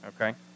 okay